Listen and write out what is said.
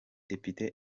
depite